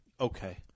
Okay